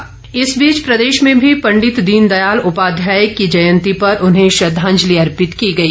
दीनदयाल श्रद्धांजलि इस बीच प्रदेश में भी पंडित दीनदयाल उपाध्याय की जयंती पर उन्हें श्रद्वांजलि अर्पित की गई